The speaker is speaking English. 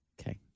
Okay